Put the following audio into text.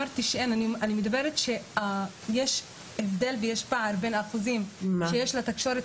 אומרת שיש הבדל ויש פער בין האחוזים שיש לתקשורת